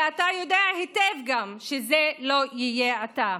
ואתה גם יודע היטב שזה לא יהיה אתה.